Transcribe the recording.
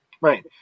Right